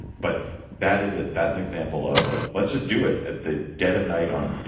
but that is it. that an example of like, let's just do it at the dead of night on,